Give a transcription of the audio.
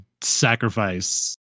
sacrifice